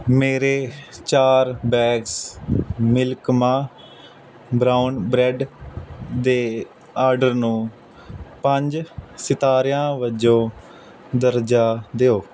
ਮੇਰੇ ਚਾਰ bags milk ਮਾਂ ਬਰਾਊਨ ਬਰੈਡ ਦੇ ਆਰਡਰ ਨੂੰ ਪੰਜ ਸਿਤਾਰਿਆਂ ਵਜੋਂ ਦਰਜਾ ਦਿਓ